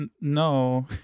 No